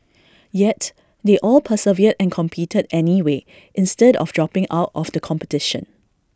yet they all persevered and competed anyway instead of dropping out of the competition